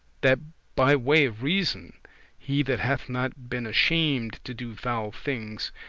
that by way of reason he that hath not been ashamed to do foul things,